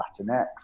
Latinx